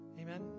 Amen